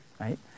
right